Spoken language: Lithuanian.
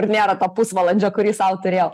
ir nėra to pusvalandžio kurį sau turėjau